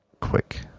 quick